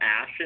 ash